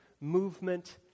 movement